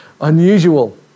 unusual